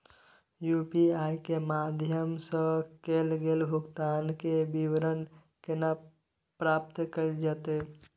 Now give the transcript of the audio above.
UPI के माध्यम सं कैल गेल भुगतान, के विवरण केना प्राप्त कैल जेतै?